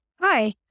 Hi